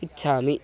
इच्छामि